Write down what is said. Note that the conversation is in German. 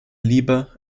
lieber